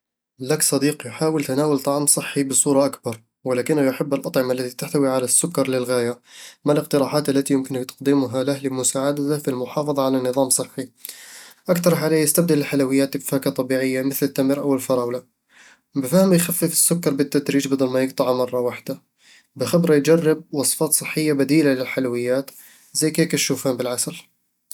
لك صديق يحاول تناول طعام صحي بصورة أكبر، ولكنه يحب الأطعمة التي تحتوي على السكر للغاية. ما الاقتراحات التي يمكنك تقديمها له لمساعدته في المحافظة على نظام صحي؟ اقترح عليه يستبدل الحلويات بفاكهة طبيعية مثل التمر أو الفراولة بفهمه يخفف السكر بالتدريج بدل ما يقطعه مرة وحدة بخبره يجرب وصفات صحية بديلة للحلويات، زي كيك الشوفان بالعسل